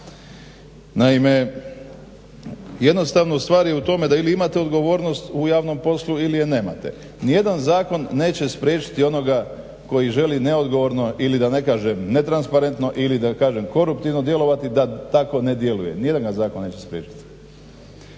Naime jednostavno stvar je u tome da ili imate odgovornost u javnom poslu ili je nemate. Nijedan zakon neće spriječiti onoga koji želi neodgovorno ili da ne kažem ne transparentno ili da kažem koruptivno djelovati da tako ne djeluje. Nijedan ga zakon neće spriječiti.